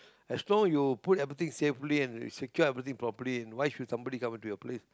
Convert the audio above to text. as long you put everything safely and secure everything properly why should somebody come into your place